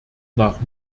nach